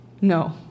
No